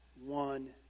one